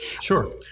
Sure